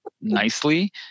nicely